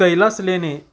कैलास लेणे